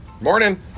Morning